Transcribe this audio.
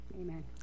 Amen